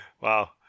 Wow